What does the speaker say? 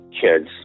kids